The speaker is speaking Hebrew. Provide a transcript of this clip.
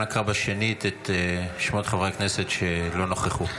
אנא קרא שנית בשמות חברי הכנסת שלא נכחו.